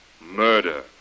murder